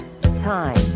time